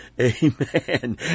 Amen